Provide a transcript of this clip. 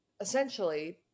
essentially